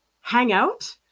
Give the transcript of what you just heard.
hangout